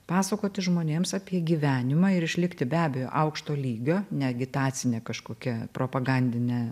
pasakoti žmonėms apie gyvenimą ir išlikti be abejo aukšto lygio ne agitacine kažkokia propagandine